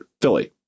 Philly